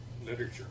literature